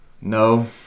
No